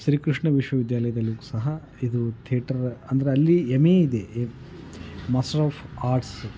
ಶ್ರೀಕೃಷ್ಣ ವಿಶ್ವವಿದ್ಯಾಲಯದಲ್ಲೂ ಕ್ ಸಹ ಇದು ಥೇಟರ್ ಅಂದರೆ ಅಲ್ಲಿ ಎಮಿ ಇದೆ ಮಾಸ್ಟರ್ ಆಫ್ ಆರ್ಟ್ಸು